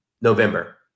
November